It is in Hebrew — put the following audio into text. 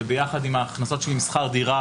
וביחד עם ההכנסות שלי משכר דירה,